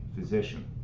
physician